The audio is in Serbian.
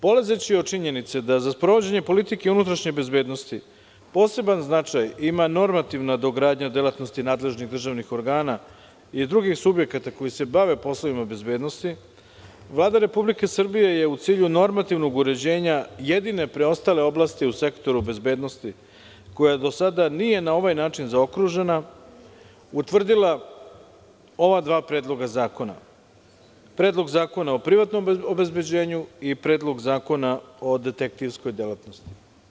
Polazeći od činjenice da za sprovođenje politike unutrašnje bezbednosti poseban značaj ima normativna dogradnja delatnosti nadležnih državnih organa i drugih subjekata, koji se bave poslovima bezbednosti, Vlada Republike Srbije je u cilju normativnog uređenja jedine preostale oblasti u Sektoru bezbednosti, koja do sada nije na ovaj način zaokružena, utvrdila ova dva predloga zakona – Predlog zakona o privatnom obezbeđenju i Predlog zakona o detektivskoj delatnosti.